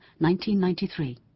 1993